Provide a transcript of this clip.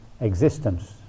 existence